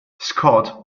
scott